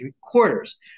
quarters